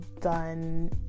done